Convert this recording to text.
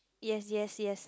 yes yes yes